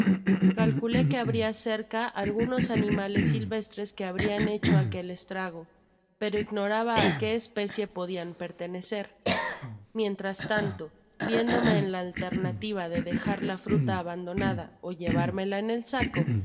calculé que habria cerca algunos animales silvestres que habrian hecho aquel estrago pero ignoraba á qué especie podian pertenecer mientras tanto viéndome en la alternativa de dejar la fruta abandonada ó llevármela en el saco y